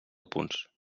punts